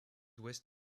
ouest